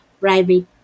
private